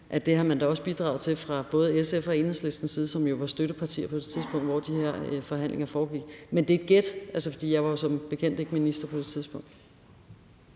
at man også har bidraget til fra både SF's og Enhedslistens side, som jo var støttepartier på det tidspunkt, hvor de her forhandlinger foregik. Men det er et gæt, for jeg var som bekendt ikke minister på det tidspunkt.